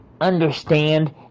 Understand